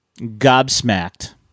gobsmacked